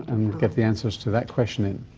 get the answers to that question in.